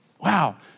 Wow